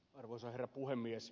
arvoisa herra puhemies